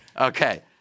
Okay